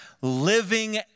living